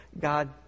God